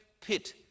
pit